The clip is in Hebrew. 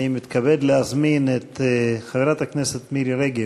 אני מתכבד להזמין את חברת הכנסת מירי רגב,